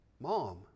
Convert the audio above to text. Mom